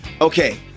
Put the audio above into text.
okay